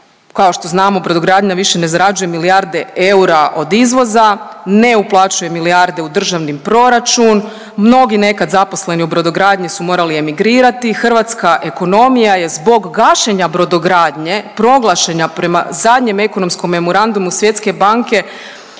kao što znamo brodogradnja više ne zarađuje milijarde eura od izvoza, ne uplaćuje milijarde u državni proračun, mnogi nekad zaposleni u brodogradnji su morali emigrirati, hrvatska ekonomija je zbog gašenja brodogradnje proglašena prema zadnjem ekonomskom memorandumu Svjetske banke